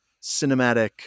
cinematic